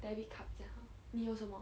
debit card 这样你有什么